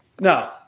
no